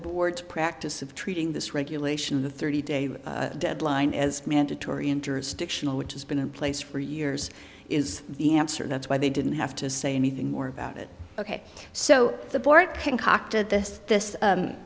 board's practice of treating this regulation the thirty day deadline is mandatory in jurisdictional which has been in place for years is the answer that's why they didn't have to say anything more about it ok so the board concocted this this